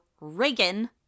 Reagan